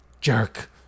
jerk